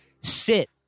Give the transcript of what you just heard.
sit